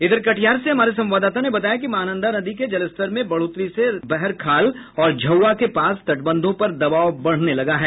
इधर कटिहार से हमारे संवाददाता ने बताया कि महानंदा नदी के जलस्तर में बढ़ोतरी से बहरखाल और झौआ के पास तटबंधों पर दबाव बढ़ने लगा है